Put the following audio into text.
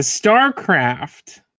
StarCraft